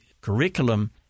curriculum